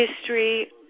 history